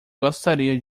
gostaria